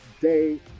day